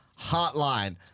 Hotline